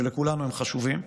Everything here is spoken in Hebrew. שלכולנו הם חשובים,